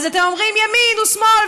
אז אתם אומרים: ימין ושמאל,